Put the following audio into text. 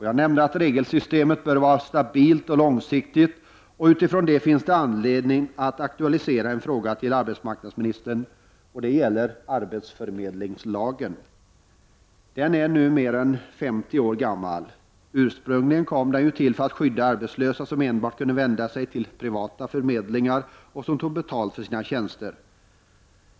Jag nämnde att regelsystemet bör vara stabilt och långsiktigt. Utifrån det finns det anledning att aktualisera en fråga till arbetsmarknadsministern, och det gäller arbetsförmedlingslagen. Den är nu mer än 50 år gammal. Ursprungligen kom den ju till för att skydda arbetslösa som enbart kunde vända sig till privata förmedlingar, vilka tog betalt för sina tjänster.